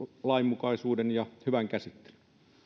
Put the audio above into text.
lainmukaisuuden ja hyvän käsittelyn